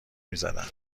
میزدن